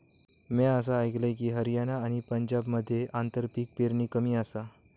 म्या असा आयकलंय की, हरियाणा आणि पंजाबमध्ये आंतरपीक पेरणी कमी आसा